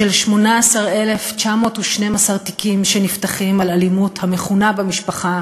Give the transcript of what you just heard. של 18,912 תיקים שנפתחים על אלימות המכונה "במשפחה",